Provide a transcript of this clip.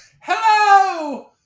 hello